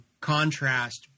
contrast